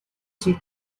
zum